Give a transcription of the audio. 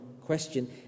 question